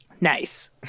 Nice